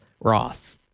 Ross